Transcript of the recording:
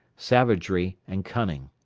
savagery, and cunning.